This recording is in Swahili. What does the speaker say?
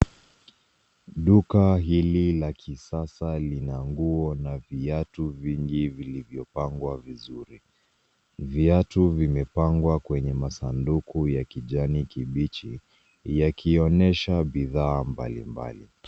Duka hili la kisasa lina nguo na viatu vingi vilivyopangwa vizuri. Viatu vimepangwa kwenye masanduku ya kijani kibichi , yakionyesha bidhaa mbalimbali.